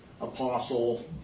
apostle